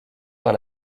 par